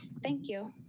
thank you.